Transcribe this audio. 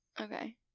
Okay